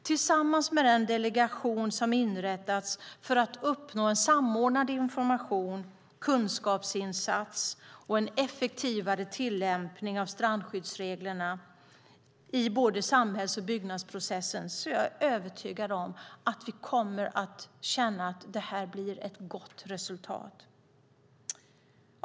Tillsammans med den delegation som inrättats för att uppnå en samordnad informations och kunskapsinsats och effektivare tillämpning av strandskyddsreglerna i både samhälls och byggnadsprocessen är jag övertygad om att vi kommer att känna att det blir ett gott resultat.